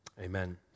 Amen